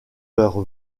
leur